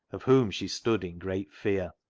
of whom she stood in great fear.